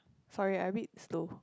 sorry I a bit slow